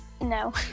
No